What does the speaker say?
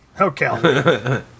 Okay